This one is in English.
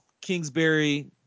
Kingsbury